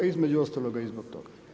Između ostaloga i zbog toga.